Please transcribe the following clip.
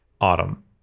autumn